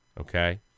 Okay